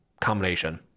combination